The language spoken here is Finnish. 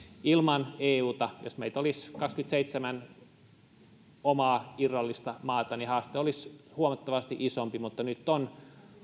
ilman euta jos meitä olisi kaksikymmentäseitsemän omaa irrallista maata haaste olisi huomattavasti isompi mutta nyt on